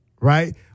right